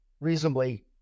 reasonably